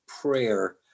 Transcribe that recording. prayer